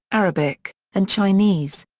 arabic, and chinese.